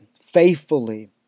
faithfully